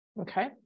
okay